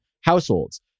households